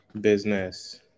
business